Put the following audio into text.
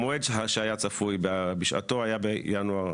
המועד שהיה צפוי בשעתו היה בינואר